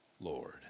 Lord